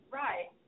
right